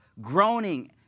groaning